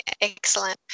excellent